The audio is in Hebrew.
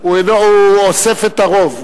הוא אוסף את הרוב.